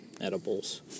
edibles